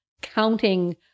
counting